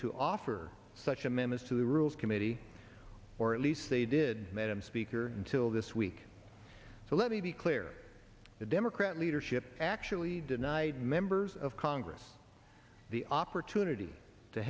to offer such a menace to the rules committee or at least they did madam speaker until this week so let me be clear the democrat leadership actually denied members of congress the opportunity to